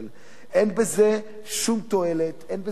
אין בזה שום תועלת, אין בזה שום